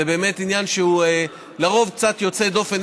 זה באמת עניין שהוא לרוב קצת יוצא דופן,